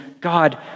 God